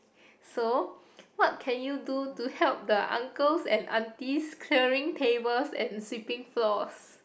so what can you do to help the uncles and aunties clearing tables and sweeping floors